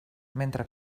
mentre